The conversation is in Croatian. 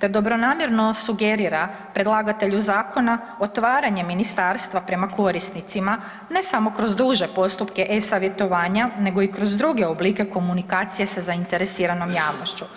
da dobronamjerno sugerira predlagatelju zakona otvaranje ministarstva prema korisnicima ne samo kroz duže postupke e-savjetovanja nego i kroz druge oblike komunikacije sa zainteresiranom javnošću.